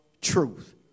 truth